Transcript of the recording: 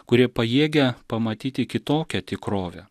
kurie pajėgia pamatyti kitokią tikrovę